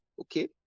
okay